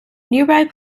nearby